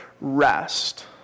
rest